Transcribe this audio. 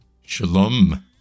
Shalom